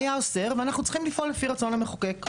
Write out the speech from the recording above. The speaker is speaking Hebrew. היה אוסר ואנחנו צריכים לפעול לפי רצון המחוקק.